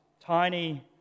tiny